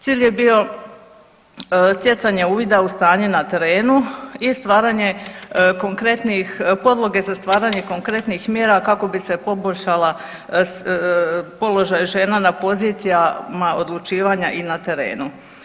Cilj je bio stjecanje uvida u stanje na terenu i stvaranje konkretnih, podloge za stvaranje konkretnih mjera kako bi se poboljšala položaj žena na pozicijama odlučivanja i na terenu.